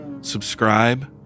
subscribe